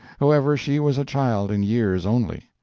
however, she was a child in years only.